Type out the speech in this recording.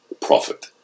profit